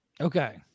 Okay